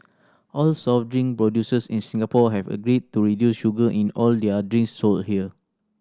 all soft drink producers in Singapore have agreed to reduce sugar in all their drinks sold here